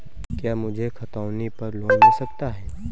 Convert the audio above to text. क्या मुझे खतौनी पर लोन मिल सकता है?